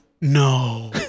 No